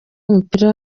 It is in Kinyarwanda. w’umupira